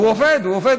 הוא עובד, הוא עובד.